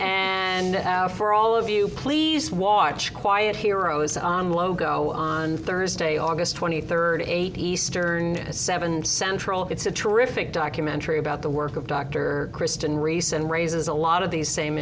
and for all of you please watch quiet heroes on logo on thursday august twenty third eight eastern seven central it's a terrific documentary about the work of dr kristen race and raises a lot of these same